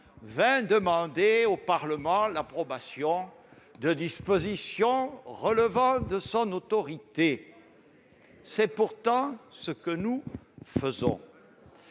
vînt demander au Parlement l'approbation de dispositions relevant de son autorité. C'est pourtant ce que nous faisons.